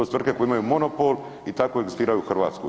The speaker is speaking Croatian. To su tvrtke koje imaju monopol i tako egzistiraju u Hrvatskoj.